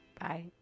Bye